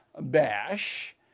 bash